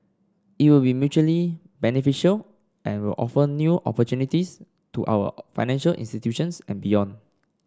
it will be mutually beneficial and will offer new opportunities to our financial institutions and beyond